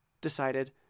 decided